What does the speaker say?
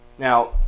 Now